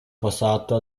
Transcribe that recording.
passato